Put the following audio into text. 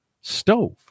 stove